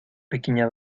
pequeña